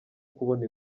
kubona